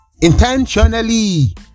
intentionally